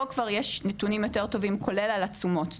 פה כבר יש נתונים יותר טובים כולל על התשומות,